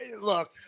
Look